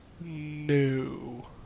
No